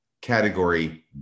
category